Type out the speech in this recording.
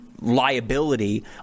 liability